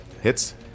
Hits